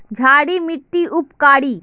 क्षारी मिट्टी उपकारी?